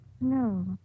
No